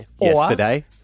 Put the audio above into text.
Yesterday